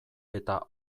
eta